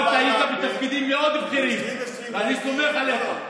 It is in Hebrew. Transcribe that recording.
בוא אני אסביר לך,